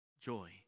Joy